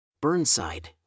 Burnside